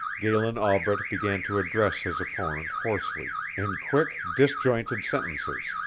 galen albret began to address his opponent hoarsely in quick, disjointed sentences,